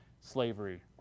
slavery